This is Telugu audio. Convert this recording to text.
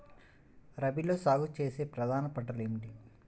రబీలో సాగు చేసే ప్రధాన పంటలు ఏమిటి?